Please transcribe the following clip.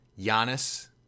Giannis